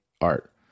art